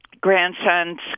grandson's